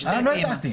אה, לא ידעתי.